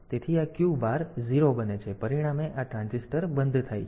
તેથી આ લેચ 1 બને છે તેથી આ Q બાર 0 બને છે પરિણામે આ ટ્રાન્ઝિસ્ટર બંધ થાય છે